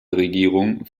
regierung